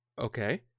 Okay